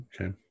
Okay